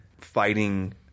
fighting